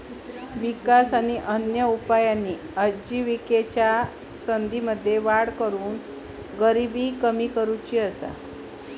विकास आणि अन्य उपायांनी आजिविकेच्या संधींमध्ये वाढ करून गरिबी कमी करुची हा